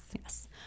Yes